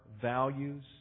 values